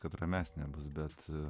kad ramesnė bus bet